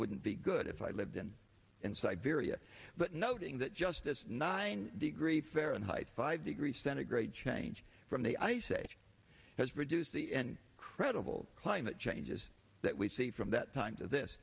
wouldn't be good if i lived in and siberia but noting that just this nine degree fahrenheit five degree centigrade change from the ice age has produced the and credible climate changes that we see from that time to this